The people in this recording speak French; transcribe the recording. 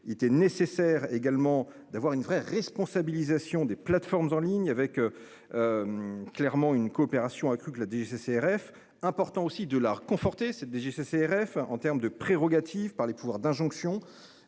il était nécessaire également d'avoir une vraie responsabilisation des plateformes en ligne avec. Clairement une coopération accrue de la DGCCRF important aussi de la conforter cette DGCCRF en terme de prérogatives par les pouvoirs d'injonction